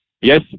Yes